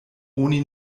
oni